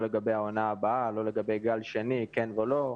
לא לגבי העונה הבאה וגם לא לגבי גל שני כן או לא.